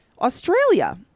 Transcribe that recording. Australia